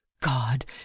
god